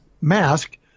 mask